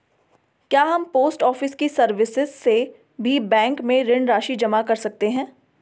क्या हम post office की सर्विस से भी बैंक में ऋण राशि जमा कर सकते हैं?